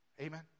Amen